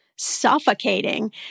suffocating